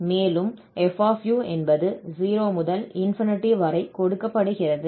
மேலும் f என்பது 0 முதல் வரை கொடுக்கப்படுகிறது